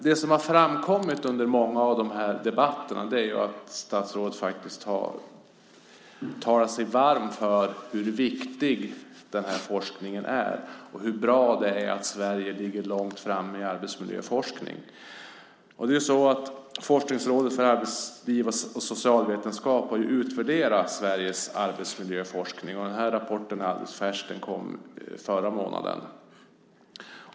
Det som har framkommit under många av de här debatterna är ju att statsrådet faktiskt har talat sig varm för hur viktig den här forskningen är och hur bra det är att Sverige ligger långt framme i arbetsmiljöforskning. Det är ju så att Forskningsrådet för arbetsliv och socialvetenskap har utvärderat Sveriges arbetsmiljöforskning. Den här rapporten är alldeles färsk. Den kom förra månaden.